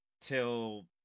till